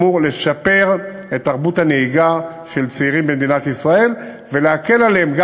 אמור לשפר את תרבות הנהיגה של צעירים במדינת ישראל ולהקל עליהם,